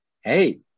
hey